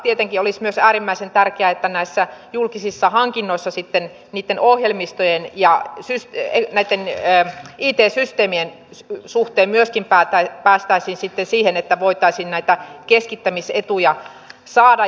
tietenkin olisi myös äärimmäisen tärkeää että julkisissa hankinnoissa ohjelmistojen ja it systeemien suhteen myöskin päästäisiin siihen että voitaisiin saada näitä keskittämisetuja